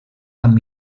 amb